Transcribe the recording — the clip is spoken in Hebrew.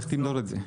איך תמדוד את זה?